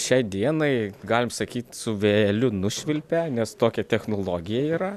šiai dienai galim sakyti su vėjeliu nušvilpia nes tokia technologija yra